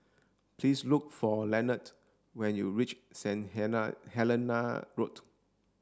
please look for Leonard when you reach Saint Helena Road